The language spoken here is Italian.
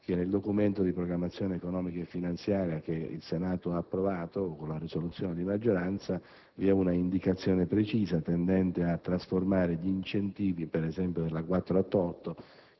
che nel Documento di programmazione economico-finanziaria che il Senato ha approvato con la risoluzione di maggioranza vi è una indicazione precisa, tendente a trasformare gli incentivi, ad esempio della